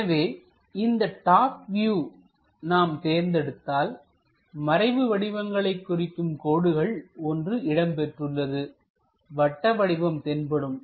எனவே இந்த top view நாம் தேர்ந்தெடுத்தால்மறைவு வடிவங்களை குறிக்கும் கோடுகள் ஒன்று இடம்பெற்றுள்ளது வட்ட வடிவம் தென்படும்